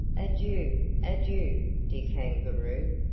adieu! adieu! dear kangaroo!